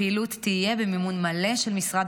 הפעילות תהיה במימון מלא של משרד